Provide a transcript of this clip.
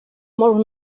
molt